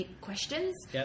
questions